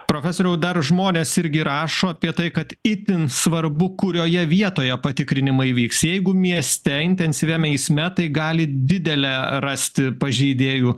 profesoriau dar žmonės irgi rašo apie tai kad itin svarbu kurioje vietoje patikrinimai vyks jeigu mieste intensyviam eisme tai gali didelę rasti pažeidėjų